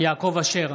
יעקב אשר,